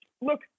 look